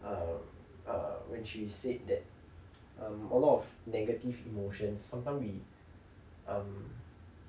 err err when she said that um a lot of negative emotions sometime we um